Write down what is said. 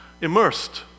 immersed